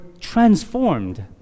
transformed